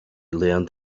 learned